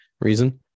reason